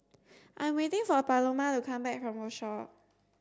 I am waiting for Paloma to come back from Rochor